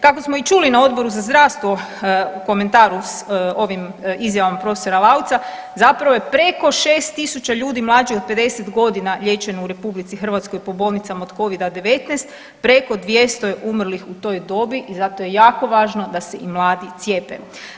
Kako smo i čuli na Odboru za zdravstvo u komentaru s ovim izjavama prof. Lauca, zapravo je preko 6000 ljudi mlađih od 50 godina liječeno u RH po bolnicama od Covida-19, preko 200 je umrlih u toj dobi i zato je jako važno da se i mladi cijepe.